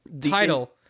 Title